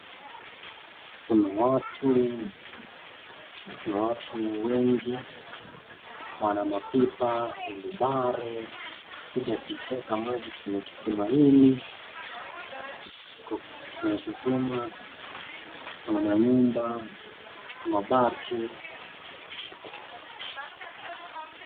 Kuna watu wengi wana mapipa, wilibaro, kuja kuiteka maji kwenye kisima hili, iko kwenye kisima, kuna manyumba, mabati.